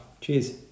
cheers